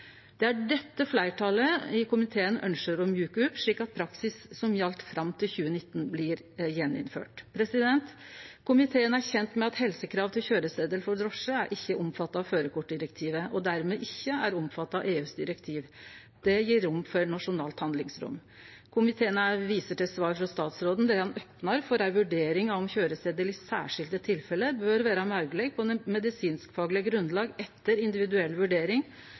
dette fleirtalet i komiteen ønskjer å mjuke opp, slik at praksisen som gjaldt fram til 2019, blir innført igjen. Komiteen er kjend med at helsekrav til køyresetel for drosje ikkje er omfatta av førarkortdirektivet og dermed ikkje omfatta av EUs direktiv. Det gjev nasjonalt handlingsrom. Komiteen viser til svar frå statsråden der han opnar for ei vurdering av om køyresetel i særskilte tilfelle bør vere mogleg på medisinskfagleg grunnlag etter individuell vurdering,